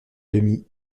demi